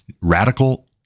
radical